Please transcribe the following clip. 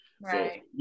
Right